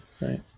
Right